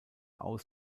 aus